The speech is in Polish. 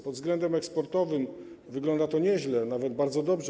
Pod względem eksportowym wygląda to nieźle, nawet bardzo dobrze.